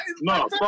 No